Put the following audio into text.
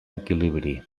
equilibri